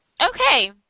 Okay